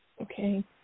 Okay